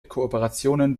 kooperationen